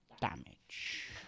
damage